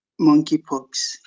monkeypox